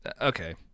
okay